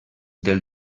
del